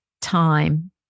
time